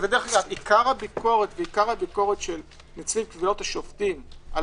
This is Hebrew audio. עיקר הביקורת של נציב תביעות השופטים על